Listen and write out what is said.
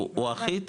הוא אחיד?